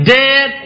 dead